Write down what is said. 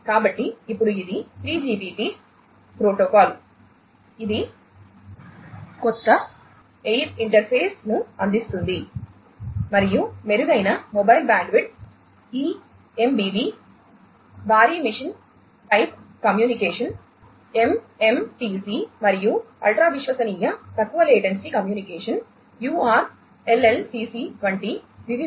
కాబట్టి ఇప్పుడు ఇది 3GPP ప్రోటోకాల్ ఇది కొత్త ఎయిర్ ఇంటర్ఫేస్ సేవా వర్గాలతో అనుసంధానించబడి ఉంది